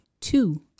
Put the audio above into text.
two